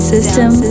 System